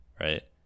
right